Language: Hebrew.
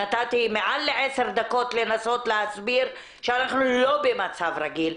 נתתי מעל לעשר דקות לנסות להסביר שאנחנו לא במצב רגיל,